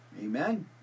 Amen